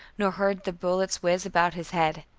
nor heard the bullets whizz about his head.